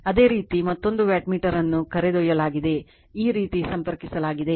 ಅದೇ ರೀತಿ ಮತ್ತೊಂದು ವ್ಯಾಟ್ಮೀಟರ್ ಅನ್ನು ಕರೆದೊಯ್ಯಲಾಗುತ್ತದೆ ಈ ರೀತಿ ಸಂಪರ್ಕಿಸಲಾಗಿದೆ